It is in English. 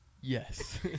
Yes